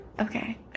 okay